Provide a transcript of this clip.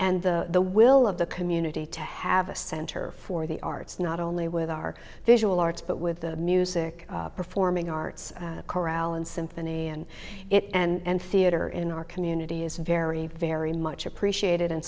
and the the will of the community to have a center for the arts not only with our visual arts but with the music performing arts chorale and symphony and it and theater in our community is very very much appreciated and